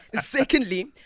Secondly